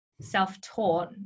self-taught